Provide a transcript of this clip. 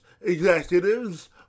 executives